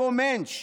כמו מענטש,